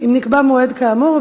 אם נקבע מועד כאמור,